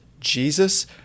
Jesus